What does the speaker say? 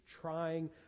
trying